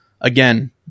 again